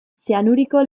zeanuriko